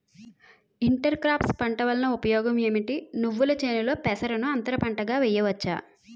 Inter crops పంట వలన ఉపయోగం ఏమిటి? నువ్వుల చేనులో పెసరను అంతర పంటగా వేయవచ్చా?